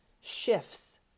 shifts